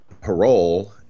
parole